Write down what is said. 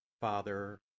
Father